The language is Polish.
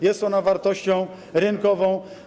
Jest ona wartością rynkową.